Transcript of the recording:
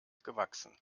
gewachsen